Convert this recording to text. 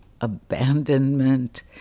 abandonment